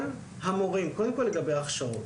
כל המורים, קודם כל לגבי ההכשרות,